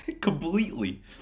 completely